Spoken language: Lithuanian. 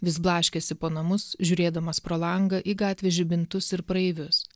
vis blaškėsi po namus žiūrėdamas pro langą į gatvės žibintus ir praeivius